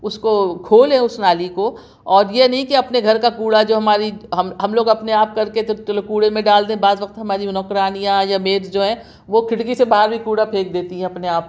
اُس کو کھولیں اُس نالی کو اور یہ نہیں کہ اپنے گھر کا کوڑا جو ہماری ہم ہم لوگ اپنے آپ کر کے جو جو لوگ کوڑے میں ڈال دیں بعض وقت ہماری نوکرانیاں یا میڈس جو ہیں وہ کھڑکی سے باہر بھی کوڑا پھینک دیتی ہیں اپنے آپ